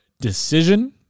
Decision